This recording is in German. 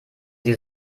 sie